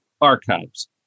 archives